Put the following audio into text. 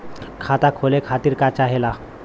खाता खोले खातीर का चाहे ला?